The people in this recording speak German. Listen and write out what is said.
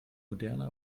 moderner